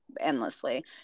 endlessly